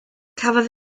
cafodd